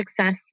success